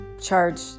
charge